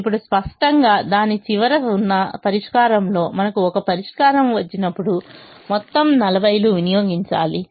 ఇప్పుడు స్పష్టంగా దాని చివర ఉన్న పరిష్కారంలో మనకు ఒక పరిష్కారం వచ్చినప్పుడు మొత్తం 40 లు వినియోగించాలి